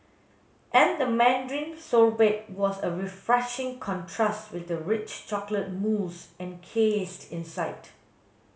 and the mandarin sorbet was a refreshing contrast with the rich chocolate mousse encased inside